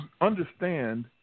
understand